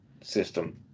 system